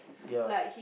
ya